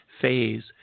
phase